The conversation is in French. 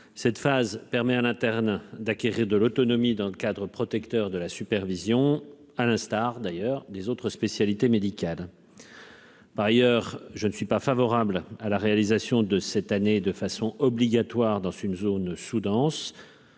cette phase permet à l'interne d'acquérir de l'autonomie d'un cadre protecteur de la supervision, à l'instar d'ailleurs des autres spécialités médicales. Par ailleurs, je ne suis pas favorable à la réalisation de cette année de façon obligatoire dans une zone sous-dense,